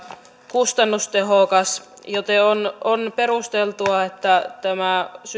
kustannustehokas joten on on perusteltua että tämä